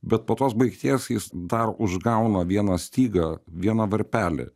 bet po tos baigties jis dar užgauna vieną stygą vieną varpelį